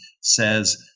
says